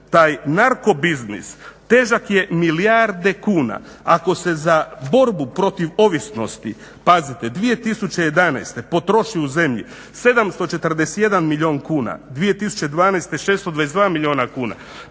taj narko biznis težak je milijarde kuna. Ako se za borbu protiv ovisnosti, pazite 2011. potroši u zemlji 741 milijun kuna, 2012. 622 milijuna kuna